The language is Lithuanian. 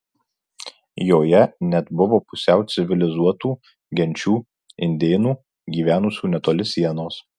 joje net buvo pusiau civilizuotų genčių indėnų gyvenusių netoli sienos